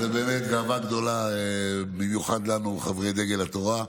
אז באמת גאווה גדולה, במיוחד לנו, חברי דגל התורה.